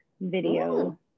Video